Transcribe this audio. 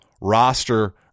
roster